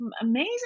amazing